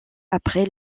après